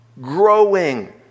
growing